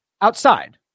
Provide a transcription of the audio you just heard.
outside